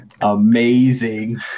Amazing